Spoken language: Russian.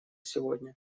сегодня